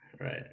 Right